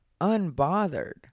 unbothered